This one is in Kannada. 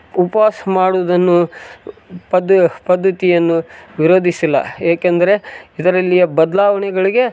ಉಪ್ವಾಸ ಮಾಡುದನ್ನು ಪದ್ಧತಿಯನ್ನು ವಿರೋಧಿಸಿಲ್ಲ ಏಕಂದರೆ ಇದರಲ್ಲಿಯ ಬದಲಾವಣೆಗಳ್ಗೆ